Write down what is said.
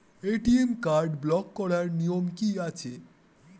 ATM card block করার নিয়ম কি আছে?